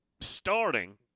starting